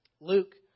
Luke